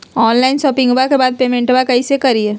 Online शोपिंग्बा के बाद पेमेंटबा कैसे करीय?